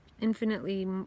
infinitely